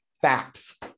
facts